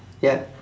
ya